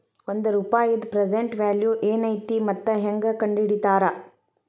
ಒಂದ ರೂಪಾಯಿದ್ present value ಏನೈತಿ ಮತ್ತ ಹೆಂಗ ಕಂಡಹಿಡಿತಾರಾ